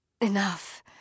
Enough